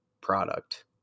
product